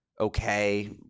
okay